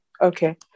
Okay